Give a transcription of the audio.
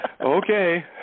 Okay